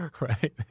Right